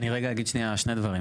אני אגיד שני דברים.